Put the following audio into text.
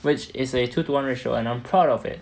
which is a two to one ratio and I'm proud of it